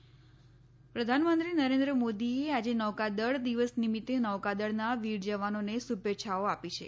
નૌકાદળ દિન પ્રધાનમંત્રી નરેન્દ્ર મોદીએ આજે નૌકાદળ દિવસ નીમિત્ત નૌકાદળના વીર જવાનોને શુભેચ્છાઓ આપી છે